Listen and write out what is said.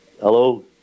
hello